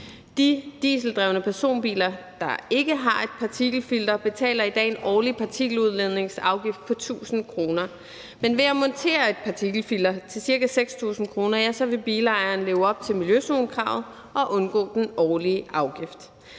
De dieseldrevne personbiler, der ikke har et partikelfilter, betaler i dag en årlig partikeludledningsafgift på 1.000 kr., men ved at montere et partikelfilter til ca. 6.000 kr. vil bilejeren leve op til miljøzonekravet og undgå den årlige afgift.